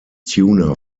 tuna